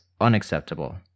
unacceptable